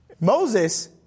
Moses